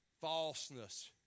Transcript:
falseness